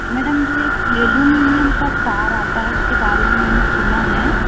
madam जो एक aluminium का तार आता है उसके बारे में मैंने सुना है